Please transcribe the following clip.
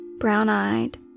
Brown-eyed